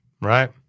Right